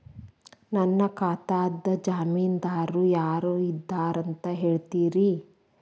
ನನ್ನ ಖಾತಾದ್ದ ಜಾಮೇನದಾರು ಯಾರ ಇದಾರಂತ್ ಹೇಳ್ತೇರಿ?